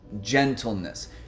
gentleness